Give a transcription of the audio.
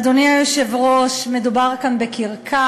אדוני היושב-ראש, מדובר כאן בקרקס.